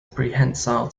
prehensile